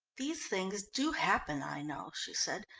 these things do happen, i know, she said,